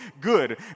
Good